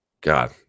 God